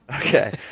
Okay